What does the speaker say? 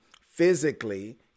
physically